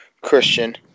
Christian